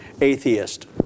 atheist